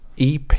EP